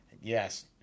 Yes